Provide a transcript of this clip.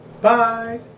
Bye